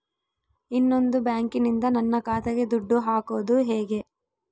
ಇನ್ನೊಂದು ಬ್ಯಾಂಕಿನಿಂದ ನನ್ನ ಖಾತೆಗೆ ದುಡ್ಡು ಹಾಕೋದು ಹೇಗೆ?